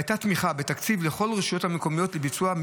הייתה תמיכה בתקציב לכל הרשויות המקומיות לביצוע,